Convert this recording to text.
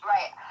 Right